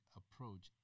approach